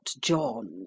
John